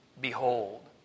Behold